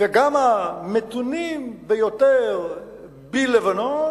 גם המתונים ביותר בלבנון,